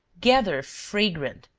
gather fragrant,